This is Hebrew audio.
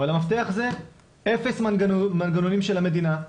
אבל המפתח זה אפס מנגנונים של המדינה,